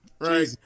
right